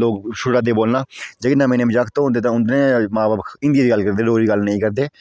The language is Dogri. लोग छुड़ा दे बोलना ते जेह्के नमें नमें जागत होंदे ते उं'दे मां बब्ब हिंदी चें गल्ल करदे डोगरी चें नेईं करदे